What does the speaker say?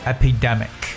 Epidemic